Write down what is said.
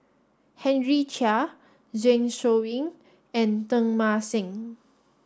Henry Chia Zeng Shouyin and Teng Mah Seng